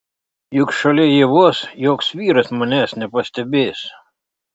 juk šalia ievos joks vyras manęs nepastebės